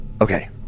Okay